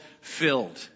Filled